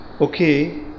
Okay